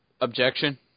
objection